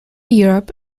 europe